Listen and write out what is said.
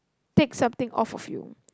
take something off of you